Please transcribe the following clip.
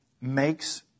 makes